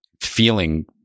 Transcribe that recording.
feeling